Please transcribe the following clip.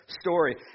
story